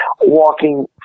walking